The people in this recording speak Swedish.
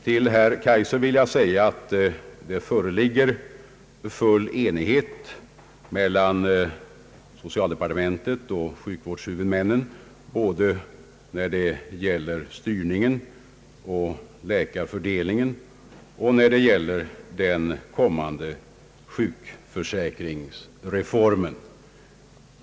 Till herr Kaijser vill jag säga att det råder full enighet mellan socialdepartementet och sjukvårdshuvudmännen både när det gäller styrningen och läkarfördelningen och när det gäller den kommande sjukförsäkringsreformen.